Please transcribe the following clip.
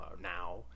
now